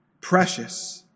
precious